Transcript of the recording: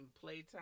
playtime